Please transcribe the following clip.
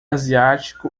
asiático